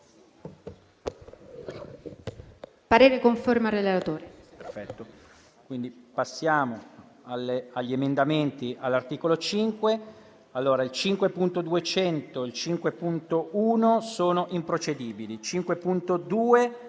parere conforme al relatore.